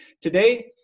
today